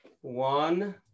one